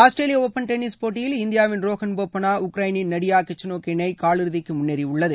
ஆஸ்திரேலிய open tennis போட்டியில் இந்தியாவின் ரோகன் போப்பண்ணா உக்ரனின் நாட்யலா கிச்சோனக் இணை காலிறுதிக்கு முன்னேறியுள்ளது